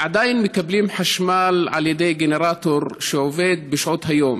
עדיין מקבלים חשמל מגנרטור שעובד בשעות היום,